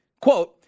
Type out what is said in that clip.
Quote